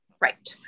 Right